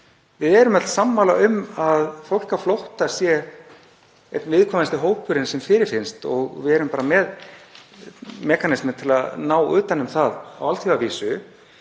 við erum öll sammála um að fólk á flótta sé einn viðkvæmasti hópurinn sem fyrirfinnst og við erum bara með mekanisma til að ná utan um það á alþjóðavísu.